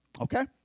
Okay